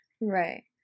right